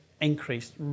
increased